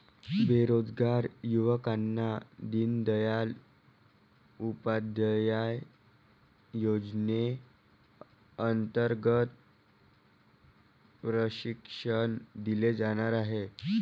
बेरोजगार युवकांना दीनदयाल उपाध्याय योजनेअंतर्गत प्रशिक्षण दिले जाणार आहे